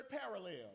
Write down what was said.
parallel